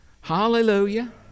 Hallelujah